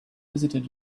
visited